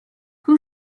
who